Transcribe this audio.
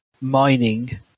mining